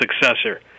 successor